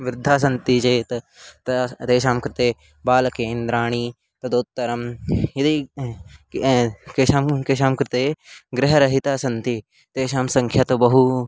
वृद्धाः सन्ति चेत् तास् तेषां कृते बालकेन्द्राणि तदुत्तरं यदि केषां केषां कृते गृहरहिताः सन्ति तेषां सङ्ख्या तु बहु